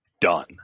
done